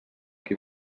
qui